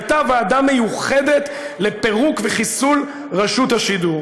הייתה ועדה מיוחדת לפירוק וחיסול רשות השידור,